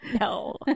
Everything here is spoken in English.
no